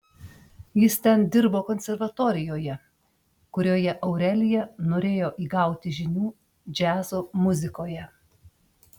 jis ten dirbo konservatorijoje kurioje aurelija norėjo įgauti žinių džiazo muzikoje